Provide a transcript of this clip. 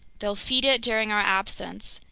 they'll feed it during our absence.